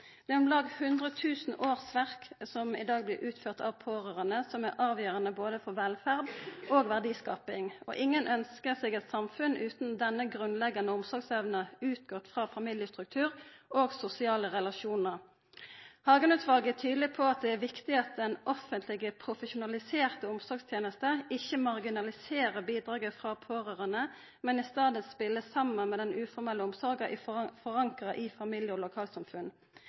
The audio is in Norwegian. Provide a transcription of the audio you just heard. familiebaserte omsorga. Om lag 100 000 årsverk blir i dag utførte av pårørande. Det er avgjerande både for velferd og for verdiskaping. Ingen ønskjer seg eit samfunn utan denne grunnleggjande omsorgsevna utgått frå familiestruktur og sosiale relasjonar. Hagen-utvalet er tydeleg på at det er viktig at den offentlege profesjonaliserte omsorgstenesta ikkje marginaliserer bidraget frå pårørande, men i staden spelar saman med den uformelle omsorga forankra i familie og lokalsamfunn.